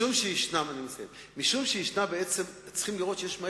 לפעמים יש לי תחושה שאנחנו חוזרים על אותן מכות בכל פעם בוורסיה